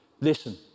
Listen